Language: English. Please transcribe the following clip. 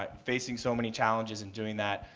ah facing so many challenges in doing that,